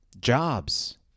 Jobs